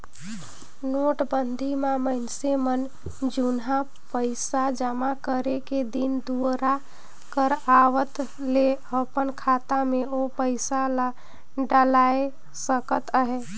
नोटबंदी म मइनसे मन जुनहा पइसा जमा करे के दिन दुरा कर आवत ले अपन खाता में ओ पइसा ल डाएल सकत अहे